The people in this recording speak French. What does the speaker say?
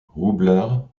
roublard